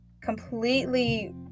completely